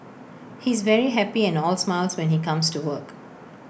he's very happy and all smiles when he comes to work